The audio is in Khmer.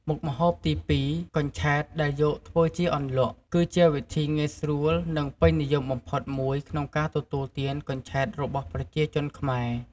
មុខម្ហូបទីពីរ កញ្ឆែតដែលយកធ្វើជាអន្លក់ គឺជាវិធីងាយស្រួល និងពេញនិយមបំផុតមួយក្នុងការទទួលទានកញ្ឆែតរបស់ប្រជាជនខ្មែរ។